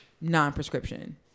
non-prescription